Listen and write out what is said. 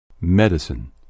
Medicine